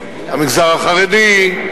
המגזר החרדי,